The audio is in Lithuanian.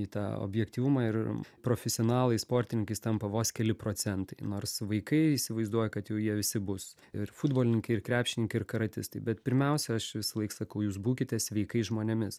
į tą objektyvumą ir profesionalais sportininkais tampa vos keli procentai nors vaikai įsivaizduoja kad jau jie visi bus ir futbolininkai ir krepšininkai ir karatistai bet pirmiausia aš visąlaik sakau jūs būkite sveikais žmonėmis